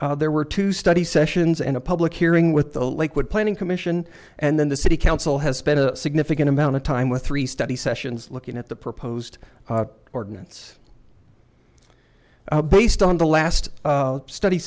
there were two study sessions and a public hearing with the lakewood planning commission and then the city council has spent a significant amount of time with three study sessions looking at the proposed ordinance based on the last study